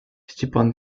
степан